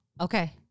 Okay